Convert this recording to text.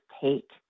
take